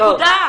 נקודה.